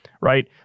Right